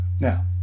Now